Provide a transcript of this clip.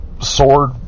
sword